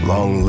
Long